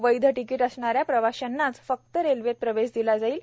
वैध तिकिट असणाऱ्या प्रवाशांनांचं फक्त रेल्वेत प्रवेश दिला जाईल